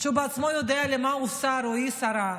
שהוא בעצמו יודע איזה שר הוא או איזה שרה היא.